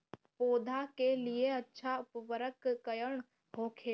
पौधा के लिए अच्छा उर्वरक कउन होखेला?